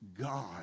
God